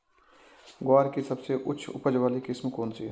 ग्वार की सबसे उच्च उपज वाली किस्म कौनसी है?